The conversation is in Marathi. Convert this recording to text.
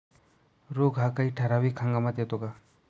रोग हा काही ठराविक हंगामात येतो का?